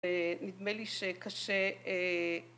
נדמה לי שקשה